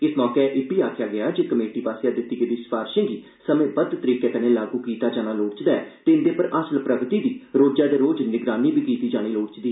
इस मौके इब्बी आखेआ जे कमेटी आसेआ दित्ती गेदी सफारशे गी समें बद्ध तरीके कन्नै लागू कीता जाना लोड़चदा ऐ ते इंदे पर हासल प्रगति दी रोजै दे रोज निगरानी बी कीती जानी चाहिदी